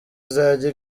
izajya